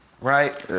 Right